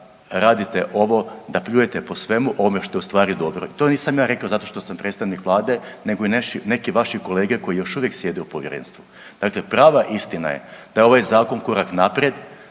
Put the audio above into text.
radite ovo da pljujete po svemu ovome što je ustvari dobro. To nisam ja rekao zato što sam predstavnik Vlade, nego i neki vaši kolege koji još uvijek sjede u Povjerenstvu. Dakle, prava istina je da je ovaj Zakon korak naprijed,